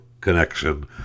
connection